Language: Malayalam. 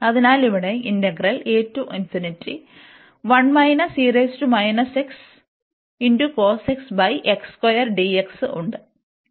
അതിനാൽ ഇവിടെ ഉണ്ട്